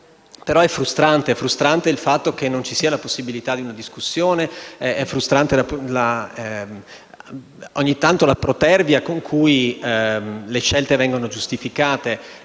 Però è frustrante che non ci sia la possibilità di una discussione ed è frustrante, ogni tanto, la protervia con cui le scelte vengono giustificate.